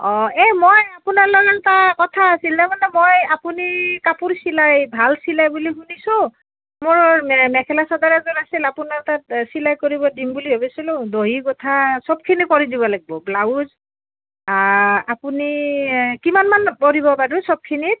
অঁ এ মই আপোনাৰ লগত এটা কথা আছিলে মানে মই আপুনি কাপোৰ চিলাই ভাল চিলাই বুলি শুনিছোঁ মোৰ মে মেখেলা চাদৰ এযোৰ আছিল আপোনাৰ তাত চিলাই কৰিব দিম বুলি ভাবিছিলোঁ দহি বটা সবখিনি কৰি দিব লাগিব ব্লাউজ আপুনি কিমানমান পৰিব বাৰু সবখিনিত